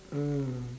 mm